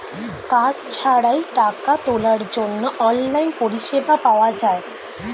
card ছাড়াই টাকা তোলার জন্য অনলাইন পরিষেবা পাওয়া যায়